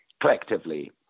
collectively